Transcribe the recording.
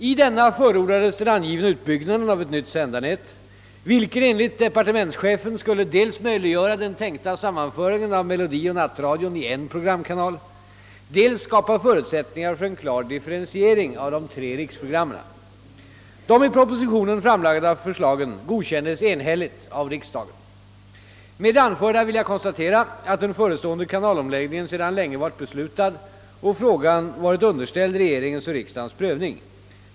I denna förordades den angivna utbyggnaden av ett nytt sändarnät, vilken enligt departementschefen skulle dels möjliggöra den tänkta sammanföringen av melodioch nattradion i en programkanal, dels skapa förutsättningar för en klar differentiering av de tre riksprogrammen. De i propositionen framlagda förslagen godkändes enhälligt av riksdagen. — Med det anförda vill jag konstatera, att den förestående kanalomläggningen sedan länge varit beslutad och att frågan varit underställd regeringens och riksdagens prövning.